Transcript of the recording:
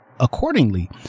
Accordingly